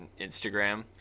instagram